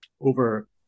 over